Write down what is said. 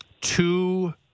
two